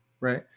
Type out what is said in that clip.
right